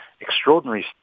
Extraordinary